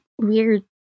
weird